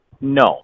No